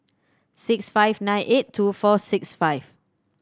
six five nine eight two four six five